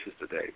today